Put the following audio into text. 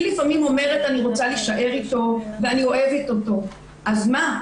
לפעמים אומרת "אני רוצה להישאר איתו ואני אוהבת אותו" אז מה,